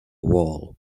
wall